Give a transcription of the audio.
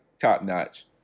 top-notch